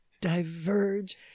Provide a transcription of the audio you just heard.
diverge